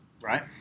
right